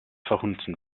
verhunzen